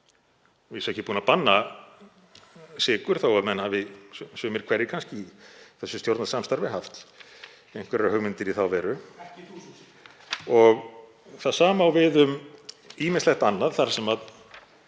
vísu ekki búin að banna sykur þó menn hafi sumir hverjir kannski í þessu stjórnarsamstarfi haft einhverjar hugmyndir í þá veru. Það sama á við um ýmislegt annað þar sem